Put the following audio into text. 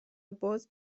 باز